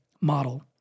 model